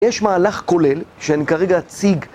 יש מהלך כולל, שאני כרגע אציג